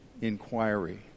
inquiry